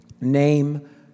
name